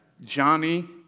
Johnny